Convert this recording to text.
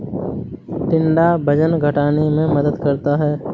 टिंडा वजन घटाने में मदद करता है